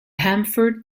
hanford